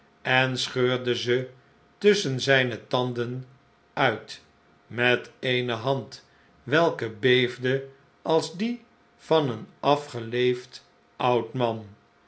en scheurde ze tusschen zijne tanden uit met eene hand welke beefde als die van een afgeleefd oud man